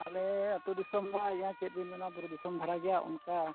ᱟᱞᱮ ᱟᱛᱳ ᱫᱤᱥᱚᱢ ᱫᱚ ᱤᱭᱟᱹ ᱪᱮᱫ ᱵᱤᱱ ᱢᱮᱱᱟ ᱵᱩᱨᱩ ᱫᱤᱥᱚᱢ ᱫᱷᱟᱨᱟ ᱜᱮᱭᱟ ᱚᱱᱠᱟ